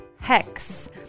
hex